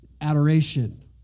adoration